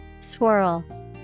Swirl